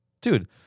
Dude